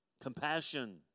Compassion